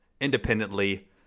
independently